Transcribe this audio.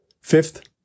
fifth